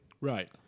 Right